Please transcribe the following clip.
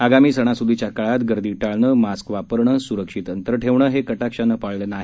आगामी सणासुदीच्या काळात गर्दी टाळणं मास्क वापरणं सुरक्षित अंतर ठेवणं हे कटाक्षानं पाळलं नाही